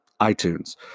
iTunes